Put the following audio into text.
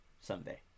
someday